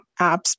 apps